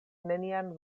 nenian